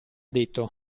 detto